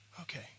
Okay